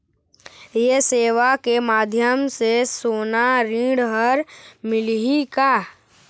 ये सेवा के माध्यम से सोना ऋण हर मिलही का?